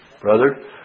Brother